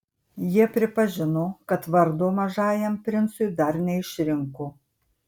jie pripažino kad vardo mažajam princui dar neišrinko